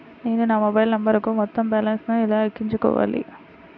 నేను నా మొబైల్ నంబరుకు మొత్తం బాలన్స్ ను ఎలా ఎక్కించుకోవాలి?